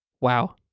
wow